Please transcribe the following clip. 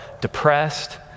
depressed